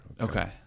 okay